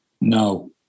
No